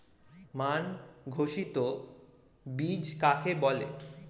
মান ঘোষিত বীজ কাকে বলে?